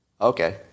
Okay